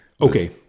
Okay